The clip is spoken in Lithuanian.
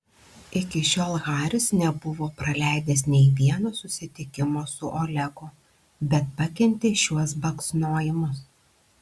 iki šiol haris nebuvo praleidęs nė vieno susitikimo su olegu bet pakentė šiuos baksnojimus